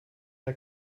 der